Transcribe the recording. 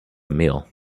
meal